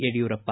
Yediyurappa